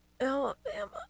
Alabama